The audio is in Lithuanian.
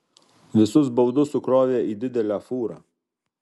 visus baldus sukrovė į didelę fūrą